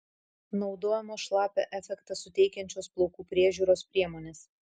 naudojamos šlapią efektą suteikiančios plaukų priežiūros priemonės